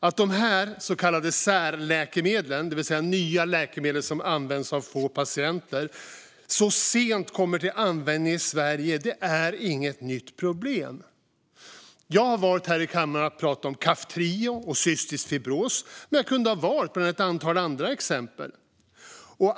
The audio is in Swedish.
Att så kallade särläkemedel, det vill säga nya läkemedel som används av få patienter, så sent kommer till användning i Sverige är inget nytt problem. Jag har valt att berätta här i kammaren om Kaftrio och cystisk fibros men kunde ha valt bland ett antal andra exempel.